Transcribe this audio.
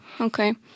okay